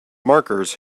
markers